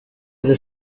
iri